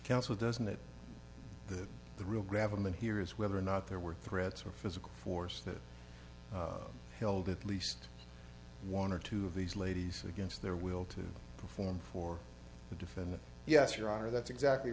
council doesn't it the the rule grab them and here is whether or not there were threats or physical force that killed at least one or two of these ladies against their will to perform for the defendant yes your honor that's exactly